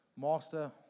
Master